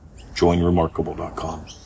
joinremarkable.com